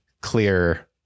clear